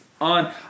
on